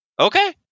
Okay